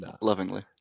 Lovingly